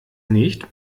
nicht